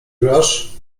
grasz